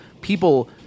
people